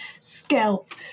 scalp